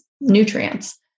nutrients